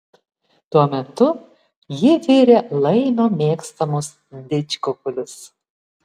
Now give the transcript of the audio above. tuo metu ji virė laimio mėgstamus didžkukulius